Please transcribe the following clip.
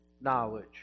knowledge